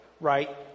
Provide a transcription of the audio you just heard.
right